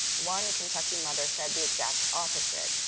one kentucky mother said the exact opposite,